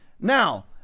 Now